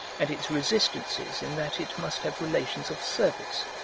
and its resistances in that it must have relations of service.